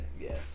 Yes